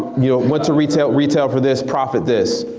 you know went to retail, it retailed for this, profit this.